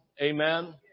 Amen